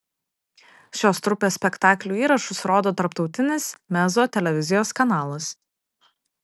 šios trupės spektaklių įrašus rodo tarptautinis mezzo televizijos kanalas